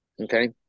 okay